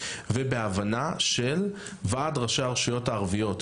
ובהבנה של ועד ראשי הרשויות הערביות.